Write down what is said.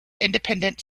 independent